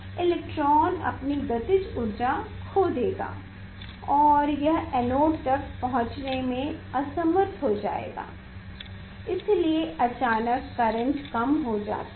electron अपनी गतिज ऊर्जा खो देगा और यह एनोड तक पहुंचने में असमर्थ हो जाएगा है इसलिए अचानक करेंट कम हो जाता है